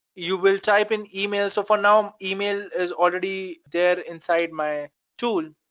you will type in email so for now um email is already there inside my tool,